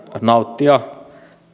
nauttia